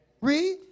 Read